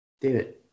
David